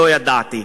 לא ידעתי.